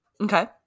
Okay